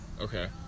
okay